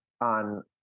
on